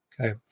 okay